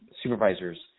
supervisors